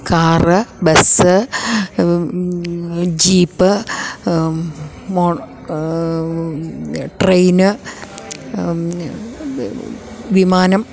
car bus jeep train വിമാനം